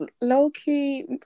low-key